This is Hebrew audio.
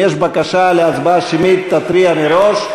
אם יש בקשה להצבעה שמית תתריע מראש.